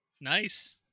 Nice